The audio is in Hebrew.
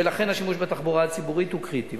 ולכן שימוש בתחבורה הציבורית הוא קריטי.